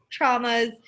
traumas